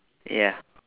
ya